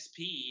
xp